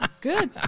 good